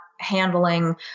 handling